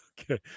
Okay